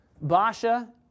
Basha